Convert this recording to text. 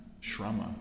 Shrama